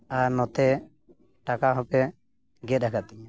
ᱟᱨ ᱱᱚᱛᱮ ᱴᱟᱠᱟ ᱦᱚᱸᱯᱮ ᱜᱮᱫ ᱟᱠᱟᱫ ᱛᱤᱧᱟᱹ